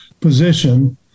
position